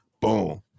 Boom